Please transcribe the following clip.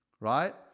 Right